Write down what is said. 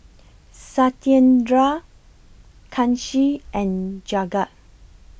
Satyendra Kanshi and Jagat